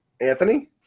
Anthony